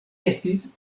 estis